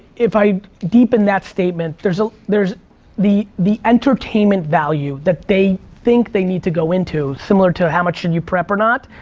if i deepen that statement, there's ah there's the the entertainment value that they think they need to go into, similar to how much should you prep or not,